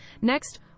Next